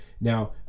Now